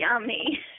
yummy